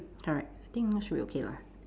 correct I think should be okay lah